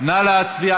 נא להצביע.